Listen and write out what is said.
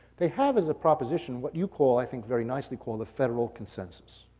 they have as a proposition what you call, i think very nicely call the federal consensus.